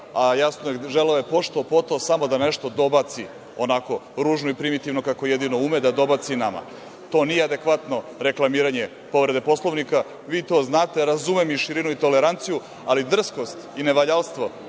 a želeo je pošto-poto da nešto dobaci, onako ružno i primitivno kako jedino ume, da dobaci nama. To nije adekvatno reklamiranje povrede Poslovnika. Vi to znate. Razumem i širinu i toleranciju, ali drskost i nevaljalstvo